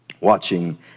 watching